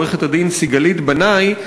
עורכת-הדין סיגלית ברקאי,